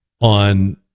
on